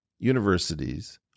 universities